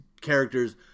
characters